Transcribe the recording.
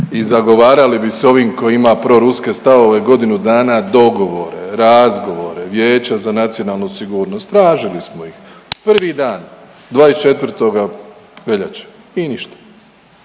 i zagovarali bi s ovim koji ima proruske stavove godinu dana dogovore, razgovore, razgovore, vijeća za nacionalnu sigurnost. Tražili smo ih prvi dan, 24. veljače i ništa.